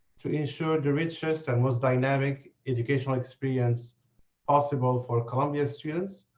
to ensure the richest and most dynamic educational experience possible for columbia students,